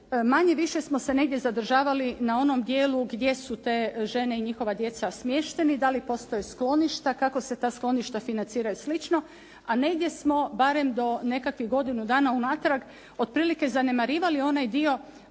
manje-više smo se negdje zadržavali na onom dijelu gdje su te žene i njihova djeca smješteni, da li postoje skloništa, kako se ta skloništa financiraju i slično, a negdje smo barem do nekakvih godinu dana unatrag otprilike zanemarivali onaj dio